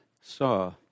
saw